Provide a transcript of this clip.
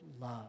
love